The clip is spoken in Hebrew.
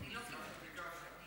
אני לא קיבלתי תשובה.